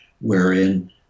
wherein